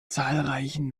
zahlreichen